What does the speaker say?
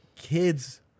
kids